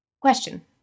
question